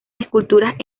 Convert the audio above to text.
esculturas